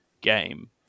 game